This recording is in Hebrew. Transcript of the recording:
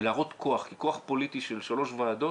ולהראות כוח כי כוח פוליטי של שלוש ועדות